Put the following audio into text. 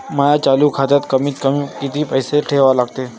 माया चालू खात्यात कमीत कमी किती पैसे ठेवा लागते?